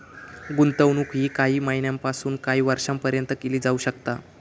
गुंतवणूक ही काही महिन्यापासून काही वर्षापर्यंत केली जाऊ शकता